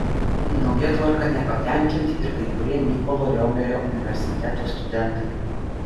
nauja tvarka nepatenkinti ir kai kurie mykolo romerio universiteto studentai